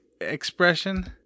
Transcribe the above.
expression